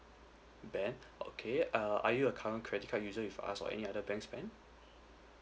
ben okay uh are you a current credit card user with us or any other banks plan